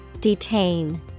Detain